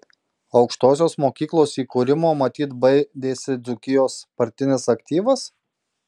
aukštosios mokyklos įkūrimo matyt baidėsi dzūkijos partinis aktyvas